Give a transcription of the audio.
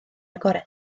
agored